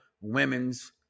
Women's